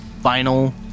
final